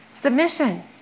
submission